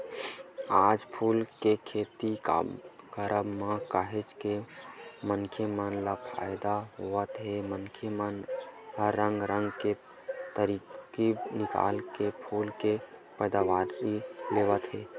आज फूल के खेती करब म काहेच के मनखे मन ल फायदा होवत हे मनखे मन ह रंग रंग के तरकीब निकाल के फूल के पैदावारी लेवत हे